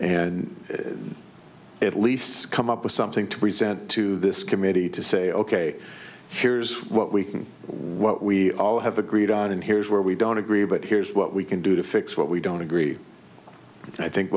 and at least come up with something to present to this committee to say ok here's what we can what we all have agreed on and here's where we don't agree but here's what we can do to fix what we don't agree and i think